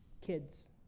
Kids